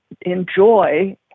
enjoy